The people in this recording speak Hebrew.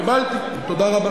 שבועיים.